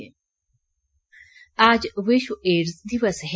विश्व एडस दिवस आज विश्व एड्स दिवस है